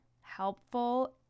helpful